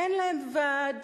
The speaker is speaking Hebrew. אין להם ועד,